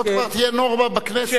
זאת כבר תהיה נורמה בכנסת.